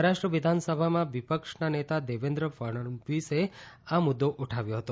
મહારાષ્ટ્ર વિધાનસભામાં વિપક્ષના નેતા દેવેન્દ્ર ફડણવીસે આ મુદ્દો ઉઠાવ્યો હતો